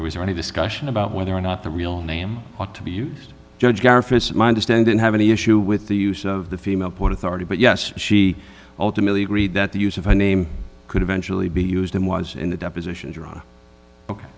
was there any discussion about whether or not the real name ought to be used judge my understanding have any issue with the use of the female port authority but yes she ultimately agreed that the use of a name could eventually be used and was in the deposition jarana ok